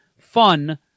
fun